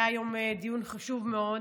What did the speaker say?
היה היום דיון חשוב מאוד,